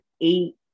eight